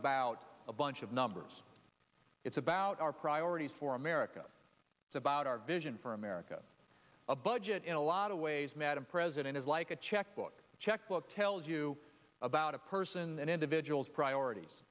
about a bunch of numbers it's about our priorities for america it's about our vision for america a budget in a lot of ways madam president is like a checkbook checkbook tells you about a person and individuals priorities